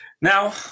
Now